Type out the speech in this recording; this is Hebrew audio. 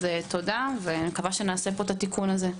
תודה ומקווה שנעשה את התיקון הזה פה.